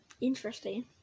Interesting